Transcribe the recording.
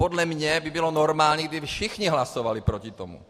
Podle mě by bylo normální, kdyby všichni hlasovali proti tomu.